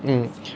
mm